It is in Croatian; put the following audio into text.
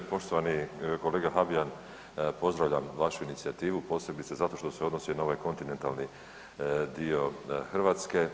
Poštovani kolega Habijan, pozdravljam vašu inicijativu posebice zato što se odnosi na ovaj kontinentalni dio Hrvatske.